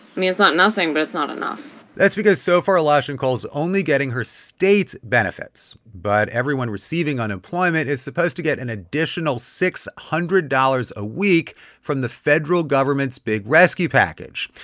mean, it's not nothing, but it's not enough that's because so far, loshonkohl's only getting her state's benefits. but everyone receiving unemployment is supposed to get an additional six hundred dollars a week from the federal government's big rescue package.